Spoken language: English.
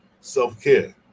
self-care